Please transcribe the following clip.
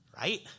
right